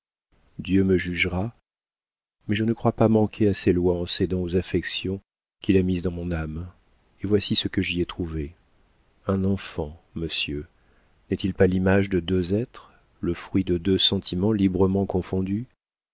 dieu me jugera mais je ne crois pas manquer à ses lois en cédant aux affections qu'il a mises dans mon âme et voici ce que j'y ai trouvé un enfant monsieur n'est-il pas l'image de deux êtres le fruit de deux sentiments librement confondus